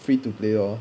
free to play lor